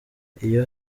iyo